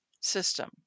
system